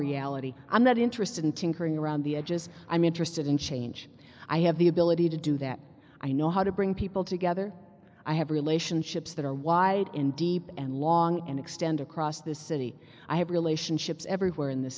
reality i'm not interested in tinkering around the edges i'm interested in change i have the ability to do that i know how to bring people together i have relationships that are wide and deep and long and extend across this city i have relationships everywhere in the